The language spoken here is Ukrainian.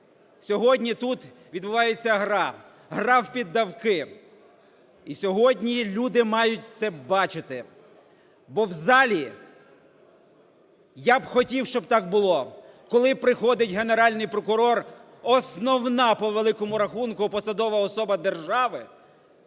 Сьогодні тут відбувається гра, гра в піддавки. І сьогодні люди мають це бачити, бо в залі, я б хотів, щоб так було, коли приходить Генеральний прокурор, основна по великому рахунку посадова особа держави,